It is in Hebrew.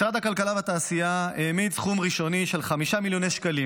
משרד הכלכלה והתעשייה העמיד סכום ראשוני של 5 מיליון שקלים